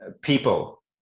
people